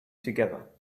together